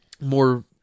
more